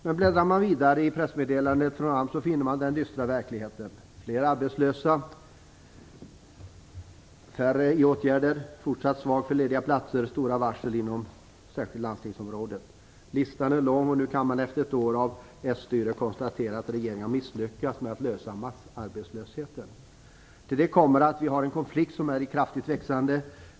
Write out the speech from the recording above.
Men bläddrar man vidare i pressmeddelandet från AMS möter man den dystra verkligheten: fler arbetslösa, färre i åtgärder, fortsatt brist på lediga platser och fortsatta varsel inom särskilt landstingsområdet. Listan är lång, och efter ett år av s-styre kan man konstatera att regeringen har misslyckats med att åtgärda massarbetslösheten. Till det kommer att vi har en konflikt som är i kraftigt växande.